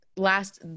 Last